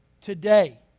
today